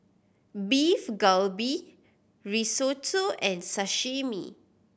Beef Galbi Risotto and Sashimi